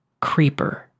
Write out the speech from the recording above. creeper